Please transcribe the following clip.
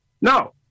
No